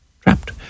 Trapped